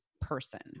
Person